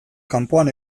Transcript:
kanpoan